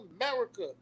America